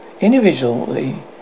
individually